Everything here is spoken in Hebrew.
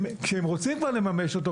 כשהם רוצים כבר לממש אותו,